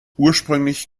ursprünglich